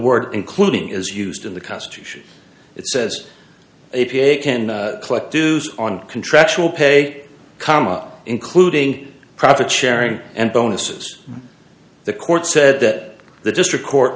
word including is used in the constitution it says it can collect dues on contractual pay comma including profit sharing and bonuses the court said that the district court